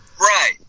Right